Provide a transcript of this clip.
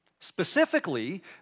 Specifically